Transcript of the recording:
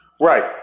Right